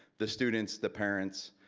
the students, the parents,